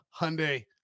Hyundai